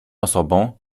osobą